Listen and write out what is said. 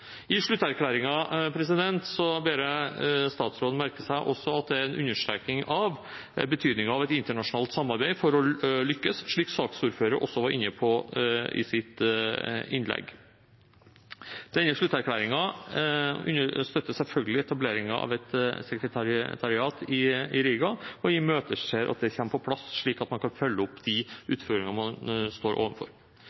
ber statsråden merke seg at det i slutterklæringen er en understreking av betydningen av et internasjonalt samarbeid for å lykkes, slik saksordføreren også var inne på i sitt innlegg. Denne slutterklæringen støtter selvfølgelig etableringen av et sekretariat i Riga, og imøteser at det kommer på plass, slik at man kan følge opp de